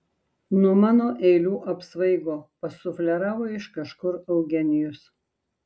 nuo mano eilių apsvaigo pasufleravo iš kažkur eugenijus